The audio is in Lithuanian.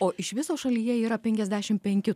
o iš viso šalyje yra penkiasdešim penki